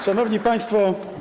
Szanowni Państwo!